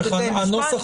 יש בתי משפט.